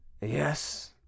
Yes